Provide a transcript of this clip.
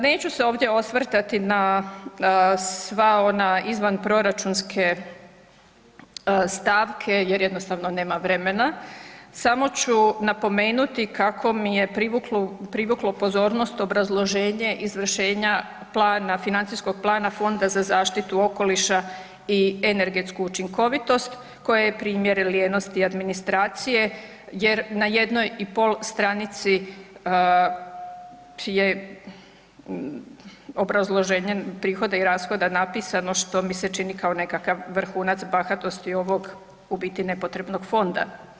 Neću se ovdje osvrtati na sva ona izvanproračunske stavke jer jednostavno nema vremena samo ću napomenuti kako mi je privuklo pozornost obrazloženje izvršenja plana, financijskog plana Fonda za zaštitu okoliša i energetsku učinkovitost koje je primjer lijenosti administracije jer na 1,5 stranici je obrazloženje prihoda i rashoda napisano što mi se čini kao nekakav vrhunac bahatosti ovog u biti nepotrebnog fonda.